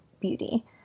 beauty